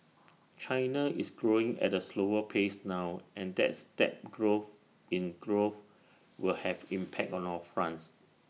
China is growing at A slower pace now and that step growth in growth will have impact on all fronts